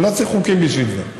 אני לא צריך חוקים בשביל זה.